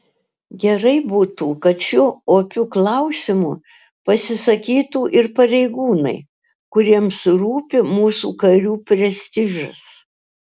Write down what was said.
gerai būtų kad šiuo opiu klausimu pasisakytų ir pareigūnai kuriems rūpi mūsų karių prestižas